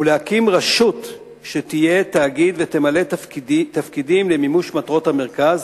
ולהקים רשות שתהיה תאגיד ותמלא תפקידים למימוש מטרות המרכז.